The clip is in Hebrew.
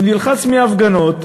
הוא נלחץ מהפגנות,